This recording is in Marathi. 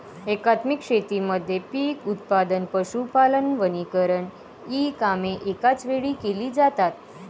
एकात्मिक शेतीमध्ये पीक उत्पादन, पशुपालन, वनीकरण इ कामे एकाच वेळी केली जातात